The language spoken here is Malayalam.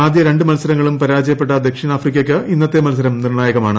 ആദ്യ ര ് മത്സരങ്ങളും പരാജയപ്പെട്ട ദക്ഷിണാഫ്രിക്കയ്ക്ക് ഇന്നത്തെ മത്സരം നിർണ്ണായകമാണ്